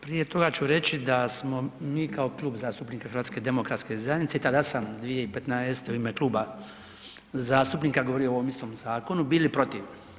Prije toga ću reći da smo mi kao Klub zastupnika HDZ-a, tada sam 2015. u ime kluba zastupnika govorio o ovom istom zakonu, bili protiv.